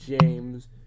James